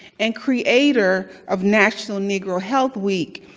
and creator of national negro health week,